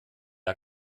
der